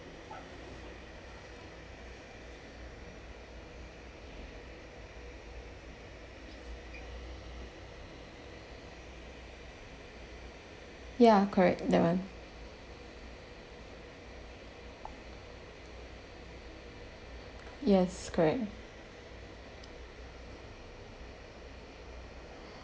ya correct that [one] yes correct